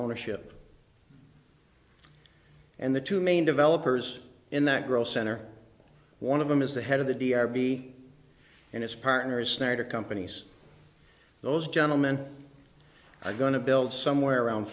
ownership and the two main developers in that growth center one of them is the head of the d r b and its partners snyder companies those gentlemen i going to build somewhere around